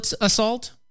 assault